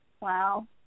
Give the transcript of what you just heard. Wow